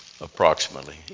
approximately